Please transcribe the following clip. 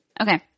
Okay